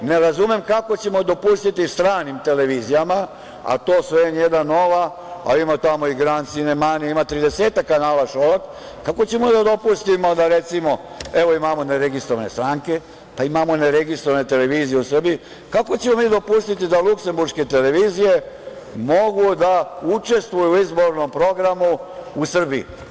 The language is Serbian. Ne razumem kako ćemo dopustiti stranim televizijama, a to su „N1“, „Nova“, a ima tamo i „Grand“, „Sinemanija“, ima tridesetak kanala Šolak, kako ćemo da dopustimo da recimo, evo imamo ne registrovane stranke, imamo ne registrovane televizije u Srbiji, kako ćemo mi dopustiti da luksemburške televizije mogu da učestvuju u izbornom programu u Srbiji?